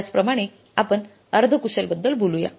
त्याचप्रमाणे आपण अर्ध कुशलबद्दल बोलूया